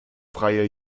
freier